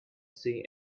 see